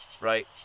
right